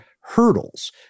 hurdles